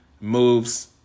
moves